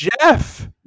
jeff